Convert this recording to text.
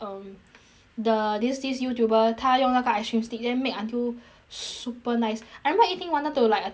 the these days you juba 他用那个 extreme stick them make until super nice I like eating wanted to like attempt the